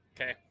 Okay